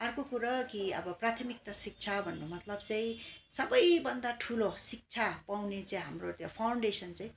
अर्को कुरा कि अब प्राथमिकता शिक्षा भन्नु मतलब चाहिँ सबैभन्दा ठुलो शिक्षा पाउने चाहिँ हाम्रो त्यो फाउन्डेसन चाहिँ